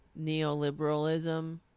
Neoliberalism